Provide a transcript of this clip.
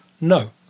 No